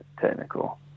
technical